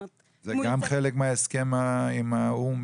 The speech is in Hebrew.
זאת אומרת --- זה גם חלק מההסכם עם האו"ם,